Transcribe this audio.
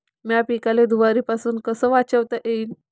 माह्या पिकाले धुयारीपासुन कस वाचवता येईन?